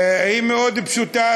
היא מאוד פשוטה,